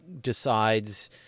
decides